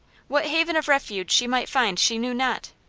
what haven of refuge she might find she knew not.